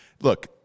Look